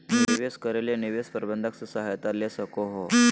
निवेश करे ले निवेश प्रबंधक से सहायता ले सको हो